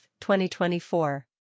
2024